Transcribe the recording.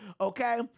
Okay